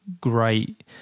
great